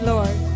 Lord